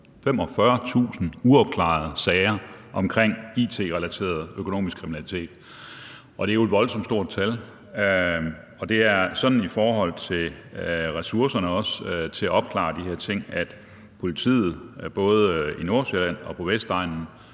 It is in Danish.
45.000 – uopklarede sager omkring it-relateret økonomisk kriminalitet, og det er jo et voldsomt stort tal. Og det er sådan, også i forhold til ressourcerne til at opklare de her ting, at politiforeningerne i både Nordsjælland og på Vestegnen